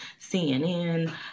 CNN